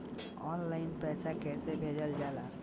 Online पैसा कैसे भेजल जाला?